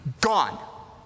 gone